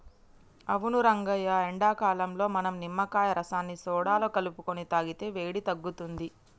అవును రంగయ్య ఎండాకాలంలో మనం నిమ్మకాయ రసాన్ని సోడాలో కలుపుకొని తాగితే వేడి తగ్గుతుంది